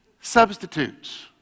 substitutes